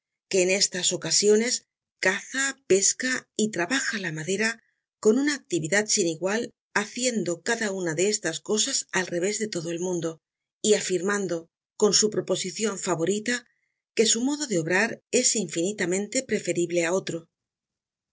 que en estas ocasiones caza pezéa y trabaja la madera con una actividad sin igual haciendo cada una de estas cosas al revés de todo el mundo y afirmando con su proposicion favorita que su modo de obrar es infinitamente preferible á otro